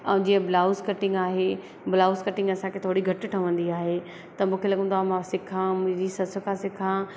ऐं जीअं blouse cutting आहे ब्लाउज़ कटींग असांखे थोरी घटि ठवंदी आहे त मूंखे लॻंदो आहे मां सिखिया मुंहिंजी सस खां सिखिया